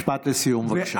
משפט לסיום, בבקשה.